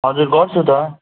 हजुर गर्छु त